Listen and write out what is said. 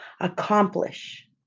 accomplish